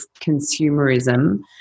consumerism